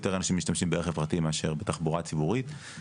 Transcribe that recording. אנשים משתמשים יותר ברכב פרטי מאשר בתחבורה ציבורית,